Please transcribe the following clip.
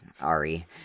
Ari